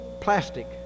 plastic